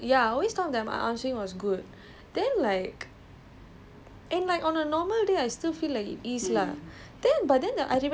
!wah! the arm swing was another one I always thought that my yeah I always thought of that my arm swing was good then like